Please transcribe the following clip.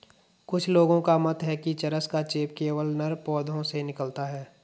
कुछ लोगों का मत है कि चरस का चेप केवल नर पौधों से निकलता है